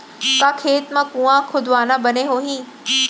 का खेत मा कुंआ खोदवाना बने होही?